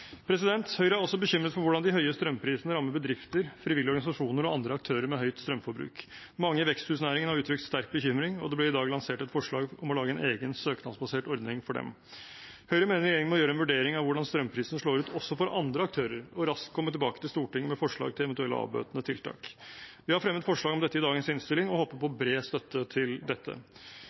Høyre er også bekymret for hvordan de høye strømprisene rammer bedrifter, frivillige organisasjoner og andre aktører med høyt strømforbruk. Mange i veksthusnæringen har uttrykt sterk bekymring, og det blir i dag lansert et forslag om å lage en egen søknadsbasert ordning for dem. Høyre mener regjeringen må gjøre en vurdering av hvordan strømprisene slår ut også for andre aktører og raskt komme tilbake til Stortinget med forslag til eventuelle avbøtende tiltak. Vi har fremmet forslag om dette i dagens innstilling og håper på bred støtte til dette.